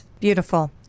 Beautiful